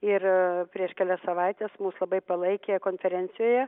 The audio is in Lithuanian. ir prieš kelias savaites mus labai palaikė konferencijoje